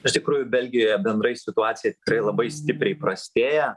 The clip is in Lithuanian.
iš tikrųjų belgijoje bendrai situacija tikrai labai stipriai prastėja